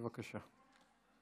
בבקשה.